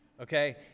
okay